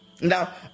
Now